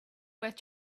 worth